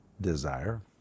Desire